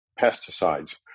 pesticides